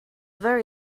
very